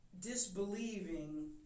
disbelieving